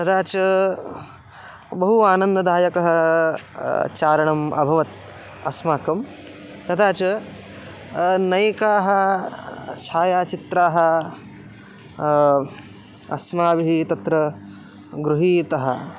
तदा च बहु आनन्ददायकः चारणम् अभवत् अस्माकं तथा च नैकानि छायाचित्राणि अस्माभिः तत्र गृहीतः